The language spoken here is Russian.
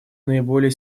наиболее